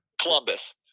Columbus